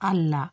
ಅಲ್ಲ